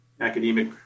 academic